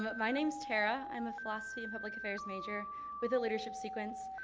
but my name's tarah, i'm a philosophy and public affairs major with a leadership sequence.